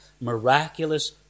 miraculous